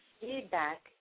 feedback